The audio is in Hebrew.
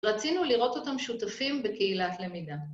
‫רצינו לראות אותם שותפים ‫בקהילת למידה.